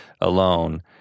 alone